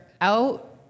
out